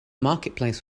marketplace